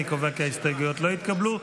אני קובע כי ההסתייגויות לא התקבלו.